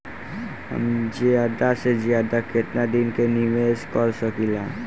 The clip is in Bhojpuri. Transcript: हम ज्यदा से ज्यदा केतना दिन के निवेश कर सकिला?